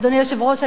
אדוני היושב-ראש,